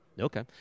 okay